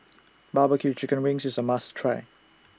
Barbecue Chicken Wings IS A must Try